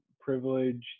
Privilege